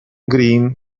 green